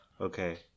Okay